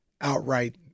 outright